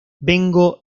vengo